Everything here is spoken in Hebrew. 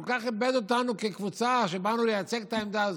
כל כך כיבד אותנו כקבוצה כשבאנו לייצג את העמדה הזו.